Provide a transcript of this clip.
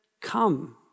come